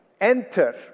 Enter